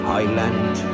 Highland